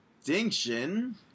Extinction